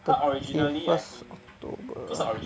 thirty first October